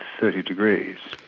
thirty degrees.